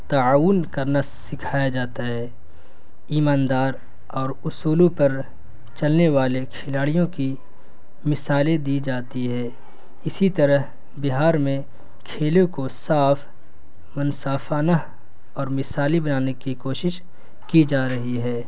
تعاون کرنا سکھایا جاتا ہے ایماندار اور اصولوں پر چلنے والے کھلاڑیوں کی مثالیں دی جاتی ہے اسی طرح بہار میں کھیلوں کو صاف منصافانہ اور مثالی بنانے کی کوشش کی جا رہی ہے